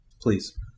Please